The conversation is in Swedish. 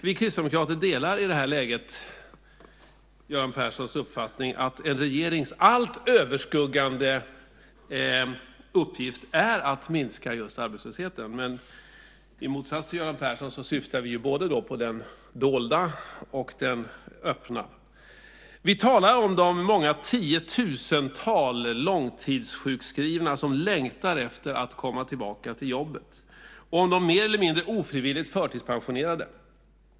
Vi kristdemokrater delar i det här läget Göran Perssons uppfattning att en regerings allt överskuggande uppgift är att minska just arbetslösheten. I motsats till Göran Persson syftar vi på både den dolda och den öppna. Vi talar om de många tiotusental långtidssjukskrivna som längtar efter att komma tillbaka till jobbet och om de mer eller mindre ofrivilligt förtidspensionerade.